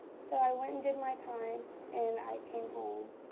so i went and did my time, and i came home.